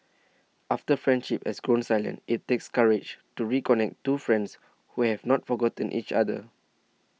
after friendship has grown silent it takes courage to reconnect two friends who have not forgotten each other